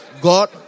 God